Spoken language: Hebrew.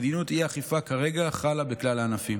מדיניות האי-אכיפה חלה כרגע בכלל הענפים.